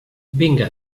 vinga